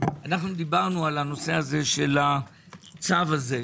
אנחנו דיברנו על הנושא של הצו הזה,